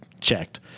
checked